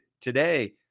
today